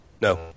No